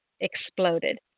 exploded